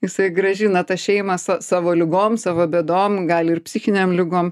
jisai grąžina tą šeimą sa savo ligom savo bėdom gal ir psichinėm ligom